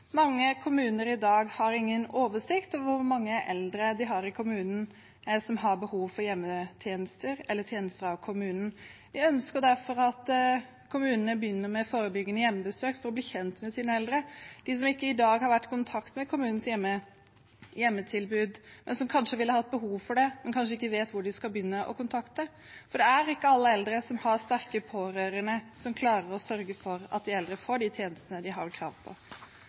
Mange kommuner har i dag ingen oversikt over hvor mange eldre de har i kommunen som har behov for hjemmetjenester eller kommunale tjenester. Vi ønsker derfor at kommunene begynner med forebyggende hjemmebesøk for å bli kjent med sine eldre – de som i dag ikke har vært i kontakt med kommunens hjemmetilbud, men som ville hatt behov for det, men kanskje ikke vet hvem de skal begynne å kontakte. Det er ikke alle eldre som har sterke pårørende som klarer å sørge for at de eldre får de tjenestene de har krav på.